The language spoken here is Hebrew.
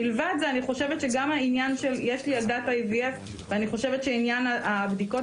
מלבד זה יש לי ילדת IVF ואני חושבת שעניין הבדיקות